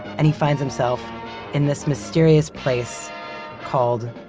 and he finds himself in this mysterious place called,